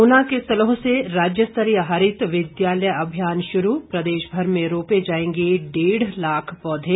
ऊना के सलोह से राज्य स्तरीय हरित विद्यालय अभियान शुरू प्रदेश भर में रोपे जाएंगे डेढ़ लाख पौधे